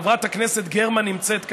חברת הכנסת גרמן נמצאת כאן.